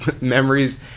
memories